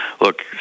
look